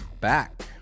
back